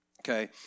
okay